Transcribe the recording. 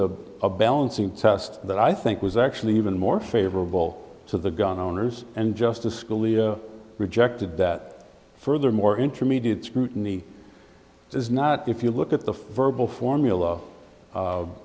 a a balancing test that i think was actually even more favorable so the gun owners and justice scalia rejected that furthermore intermediate scrutiny is not if you look at the verbal formula